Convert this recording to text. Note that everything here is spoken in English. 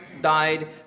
died